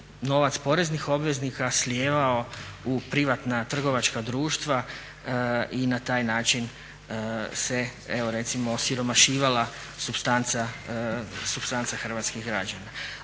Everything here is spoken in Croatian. novac poreznih obveznika slijevao u privatna trgovačka društva i na taj način se evo recimo osiromašivala supstanca hrvatskih građana.